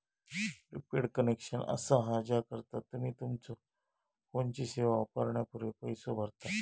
prepaid connection असा हा ज्याकरता तुम्ही तुमच्यो फोनची सेवा वापरण्यापूर्वी पैसो भरता